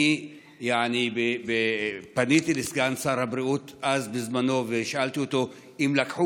אני פניתי לסגן שר הבריאות בזמנו ושאלתי אם הביאו